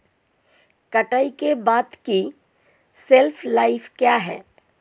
कटाई के बाद की शेल्फ लाइफ क्या है?